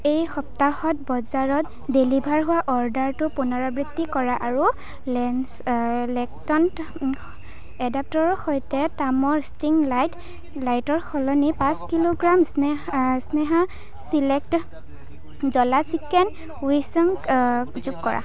এই সপ্তাহত বজাৰত ডেলিভাৰ হোৱা অৰ্ডাৰটোৰ পুনৰাবৃত্তি কৰা আৰু লেঞ্চ লেক্সট'ন এডাপ্টৰৰ সৈতে তামৰ ষ্ট্ৰিং লাইট লাইটৰ সলনি পাঁচ কিলোগ্ৰাম স্নে স্নেহা চিলেক্ট জ্বলা চিকেন উইছং যোগ কৰা